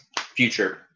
Future